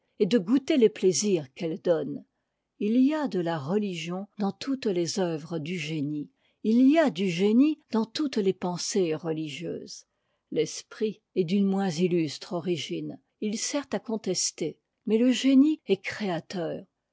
et de goûter les plaisirs qu'elles donnent il y a de la religion dans toutes les œuvres du génie il y a du génie dans toutes les pensées religieuses l'esprit est d'une moins illustre origine il sert à contester mais le génie est créateur